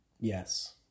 Yes